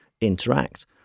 interact